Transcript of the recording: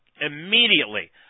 immediately